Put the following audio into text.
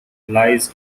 lies